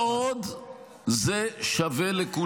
לא שמענו.